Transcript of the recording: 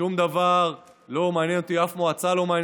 שום דבר לא מעניין אותי,